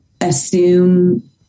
assume